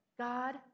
God